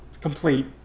complete